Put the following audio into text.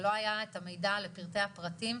ולא היה את המידע לפרטי הפרטים,